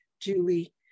Julie